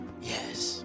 yes